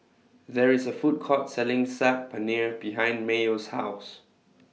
There IS A Food Court Selling Saag Paneer behind Mayo's House